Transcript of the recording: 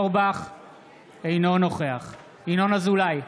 אינו נוכח ינון אזולאי,